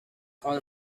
all